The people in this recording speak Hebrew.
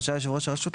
רשאי יושב ראש הרשות,